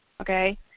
Okay